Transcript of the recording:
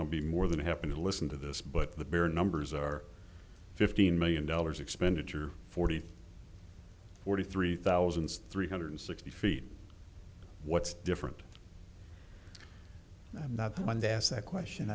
would be more than happy to listen to this but the bare numbers are fifteen million dollars expenditure forty forty three thousand three hundred sixty feet what's different i'm not the one to ask that question